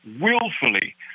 willfully